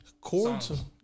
chords